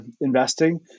investing